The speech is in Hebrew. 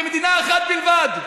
במדינה אחת בלבד.